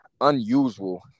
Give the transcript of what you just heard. unusual